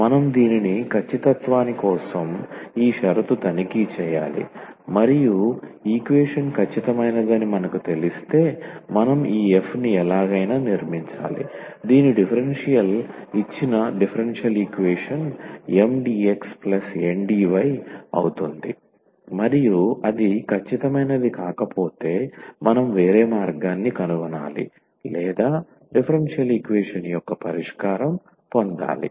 మనం దీనిని ఖచ్చితత్వానికి కోసం ఈ షరతు తనిఖీ చేయాలి మరియు ఈక్వేషన్ ఖచ్చితమైనదని మనకు తెలిస్తే మనం ఈ f ని ఎలాగైనా నిర్మించాలి దీని డిఫరెన్షియల్ ఇచ్చిన డిఫరెన్షియల్ ఈక్వేషన్ MdxNdy అవుతుంది మరియు అది ఖచ్చితమైనది కాకపోతే మనం వేరే మార్గాన్ని కనుగొనాలి లేదా డిఫరెన్షియల్ ఈక్వేషన్ యొక్క పరిష్కారం పొందాలి